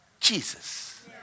Jesus